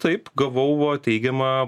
taip gavau teigiamą